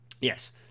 Yes